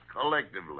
collectively